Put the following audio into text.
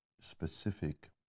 specific